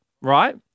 right